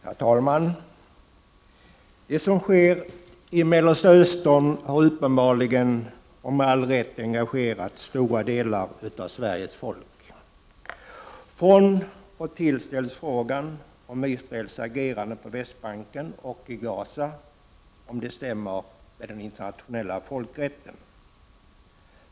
Herr talman! Det som sker i Mellersta Östern har uppenbarligen — och med all rätt — engagerat stora delar av Sveriges folk. Från och till ställs frågan om Israels agerande på Västbanken och i Gaza är i överensstämmelse med den internationella folkrätten.